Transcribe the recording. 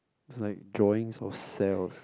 it's like drawings of cells